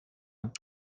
hat